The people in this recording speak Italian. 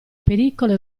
pericolo